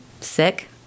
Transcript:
sick